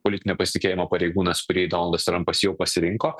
politinio pasitikėjimo pareigūnas kurį donaldas trampas jau pasirinko